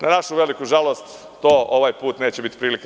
Na našu veliku žalost to ovaj put neće biti prilike.